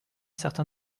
certain